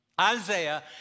Isaiah